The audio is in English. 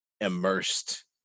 immersed